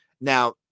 now